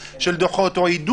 אוי,